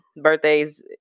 birthdays